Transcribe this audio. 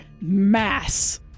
mass